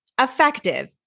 effective